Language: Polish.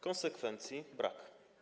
Konsekwencji brak.